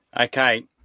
okay